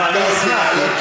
לא, אבל